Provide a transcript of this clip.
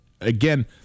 again